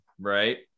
right